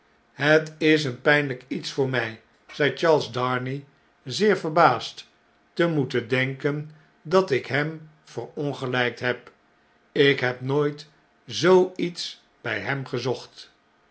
het is een pynljjk iets voor mjj zei charles darnay zeer verbaasd te moeten denken dat ik hem verongelu'kt heb ik heb nooit zoo iets bij hem gezocht